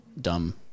dumb